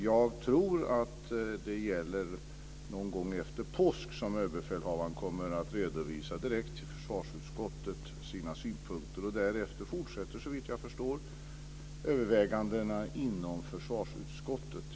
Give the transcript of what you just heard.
Jag tror att det är någon gång efter påsk som Överbefälhavaren kommer att redovisa sina synpunkter direkt till försvarsutskottet. Därefter fortsätter, såvitt jag förstår, övervägandena inom försvarsutskottet.